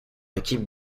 équipes